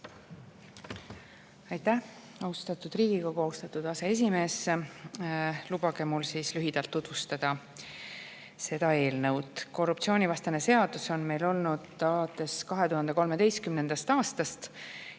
Aitäh, austatud Riigikogu! Austatud aseesimees! Lubage mul lühidalt tutvustada seda eelnõu. Korruptsioonivastane seadus on meil olnud alates 2013. aastast